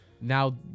Now